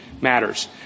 matters